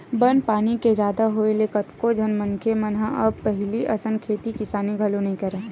बन पानी के जादा होय ले कतको झन मनखे मन ह अब पहिली असन खेती किसानी घलो नइ करय